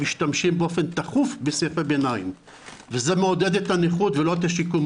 משתמשים באופן תכוף בסעיפי ביניים וזה מעודד את הנכות ולא את השיקום,